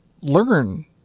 learn